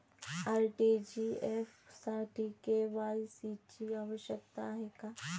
RTGS साठी KYC ची आवश्यकता आहे का?